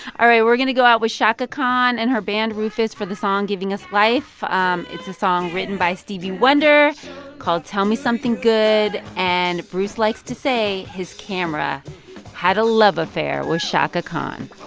all right, we're going to go out with chaka khan and her band rufus for the song giving us life. um it's a song written by stevie wonder called tell me something good. and bruce likes to say his camera had a love affair with chaka khan